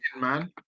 man